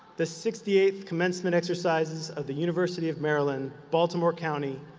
the sixty eighth commencement exercises of the university of maryland baltimore county,